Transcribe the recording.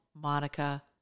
Monica